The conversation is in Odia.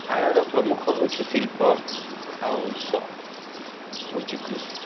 ଆୟର ପ୍ରମୁଖ ହେଉଛି ଶିଳ୍ପ ଆଉ ଉତ୍ସ ହେଉଛି କୃଷି